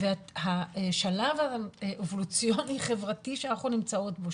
השלב האבולוציוני חברתי שאנחנו נמצאות בו,